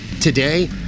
today